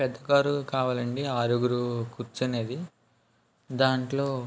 పెద్ద కారు కావాలండి ఆరుగురు కూర్చునేది దాంట్లో